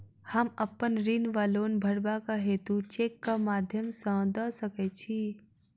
हम अप्पन ऋण वा लोन भरबाक हेतु चेकक माध्यम सँ दऽ सकै छी?